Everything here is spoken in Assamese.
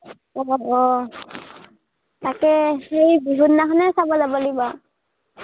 অঁ অঁ তাকে সেই বিহুদিনাখনে চাব লাব লাগিব আৰু